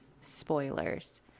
spoilers